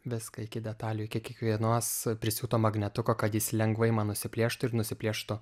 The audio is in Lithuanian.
viską iki detalių iki kiekvienos prisiūto magnetuko kad jis lengvai man nusiplėštų ir nusipieštų